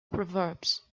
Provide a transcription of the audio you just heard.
proverbs